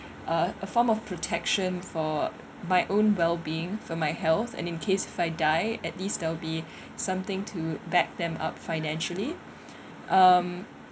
a form of protection for my own wellbeing for my health and in case if I die at least they'll be something to back them up financially um